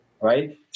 right